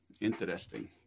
Interesting